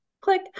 click